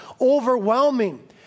overwhelming